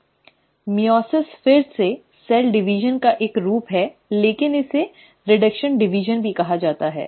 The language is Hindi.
मइओसिस फिर से कोशिका विभाजन का एक रूप है लेकिन इसे रीडक्शन विभाजन भी कहा जाता है